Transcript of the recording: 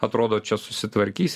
atrodo čia susitvarkys